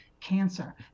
cancer